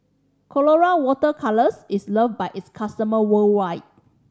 Colora Water Colours is loved by its customers worldwide